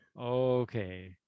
okay